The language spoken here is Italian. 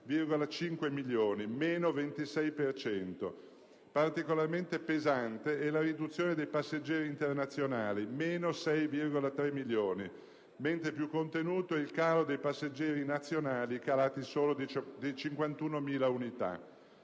26,5 per cento). Particolarmente pesante è la riduzione dei passeggeri internazionali (meno 6,3 milioni), mentre più contenuto è il calo dei passeggeri nazionali, calati di 51.000 unità.